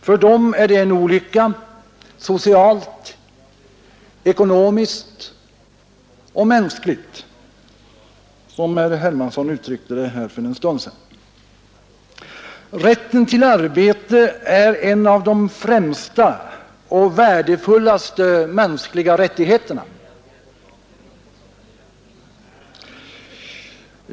För dem är det en olycka socialt, ekonomiskt och mänskligt, som herr Hermansson i Stockholm uttryckte det här för en stund sedan. Rätten till arbete är en av de främsta och värdefullaste mänskliga rättigheterna.